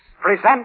Present